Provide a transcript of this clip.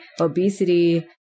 obesity